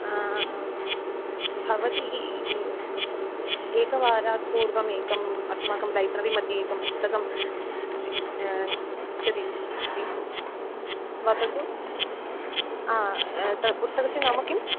भवती एकवारात् पूर्वमेकम् अस्माकं लैब्ररि मध्ये एकं पुस्तकम् इच्छति अस्ति वदतु तत् पुस्तकस्य नाम किम्